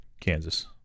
Kansas